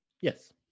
Yes